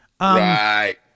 Right